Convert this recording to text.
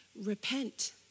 Repent